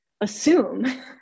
assume